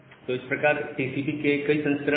तो इस प्रकार से टीसीपी के कई संस्करण है